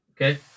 Okay